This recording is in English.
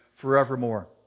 forevermore